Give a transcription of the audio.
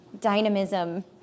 dynamism